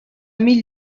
mil